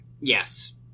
Yes